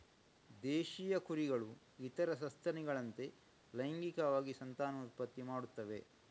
ದೇಶೀಯ ಕುರಿಗಳು ಇತರ ಸಸ್ತನಿಗಳಂತೆ ಲೈಂಗಿಕವಾಗಿ ಸಂತಾನೋತ್ಪತ್ತಿ ಮಾಡುತ್ತವೆ